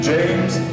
James